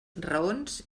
raons